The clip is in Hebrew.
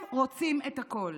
הם רוצים את הכול.